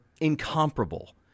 incomparable